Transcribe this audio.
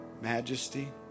majesty